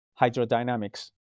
hydrodynamics